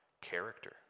character